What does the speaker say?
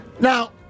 Now